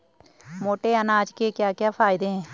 मोटे अनाज के क्या क्या फायदे हैं?